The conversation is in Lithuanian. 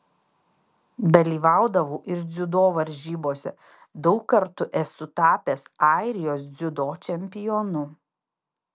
dalyvaudavau ir dziudo varžybose daug kartų esu tapęs airijos dziudo čempionu